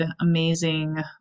amazing